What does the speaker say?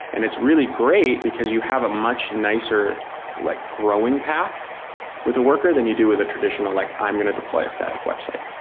and it's really great because you have a much nicer like growing path with a worker than you do with a traditional like i'm going to deploy a static website.